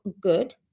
good